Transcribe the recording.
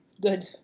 good